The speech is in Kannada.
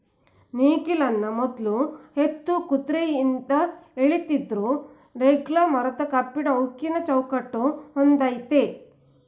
ನೇಗಿಲನ್ನು ಮೊದ್ಲು ಎತ್ತು ಕುದ್ರೆಯಿಂದ ಎಳಿತಿದ್ರು ನೇಗ್ಲು ಮರ ಕಬ್ಬಿಣ ಉಕ್ಕಿನ ಚೌಕಟ್ ಹೊಂದಯ್ತೆ